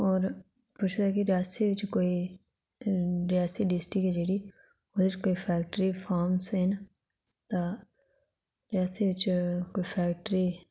और पुच्छे दा कि रियासी बिच्च कोई रियासी डिस्ट्रिक्ट ऐ जेहडी ओहदे च कोई फैक्टरी फार्मस हैन तां रियासी बिच कोई फैक्टरी